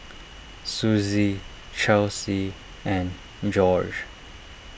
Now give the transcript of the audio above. Suzie Chelsea and Jorge